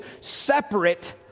separate